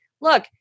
look